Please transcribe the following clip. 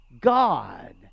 god